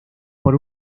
por